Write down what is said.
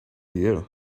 you